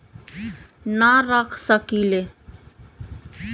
हमनी अपना से अपना सामन के भाव न रख सकींले?